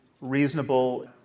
reasonable